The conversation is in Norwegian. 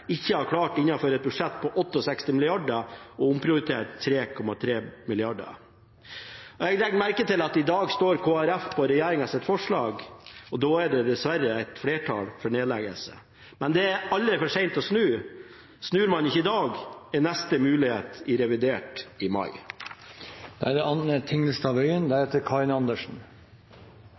et budsjett på 68 mrd. kr ikke har klart å omprioritere 3,3 mill. kr. Jeg legger merke til at i dag står Kristelig Folkeparti på regjeringens forslag, og da er det dessverre flertall for nedleggelse. Men det er aldri for sent å snu. Snur man ikke i dag, er neste mulighet i revidert i mai.